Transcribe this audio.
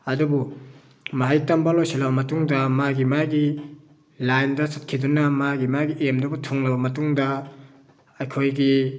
ꯑꯗꯨꯕꯨ ꯃꯍꯩ ꯇꯝꯕ ꯂꯣꯏꯁꯤꯜꯂꯕ ꯃꯇꯨꯡꯗ ꯃꯥꯒꯤ ꯃꯥꯒꯤ ꯂꯥꯏꯟꯗ ꯆꯠꯈꯤꯗꯨꯅ ꯃꯥꯒꯤ ꯃꯥꯒꯤ ꯑꯦꯝꯗꯨꯕꯨ ꯊꯨꯡꯂꯕ ꯃꯇꯨꯡꯗ ꯑꯩꯈꯣꯏꯒꯤ